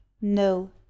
No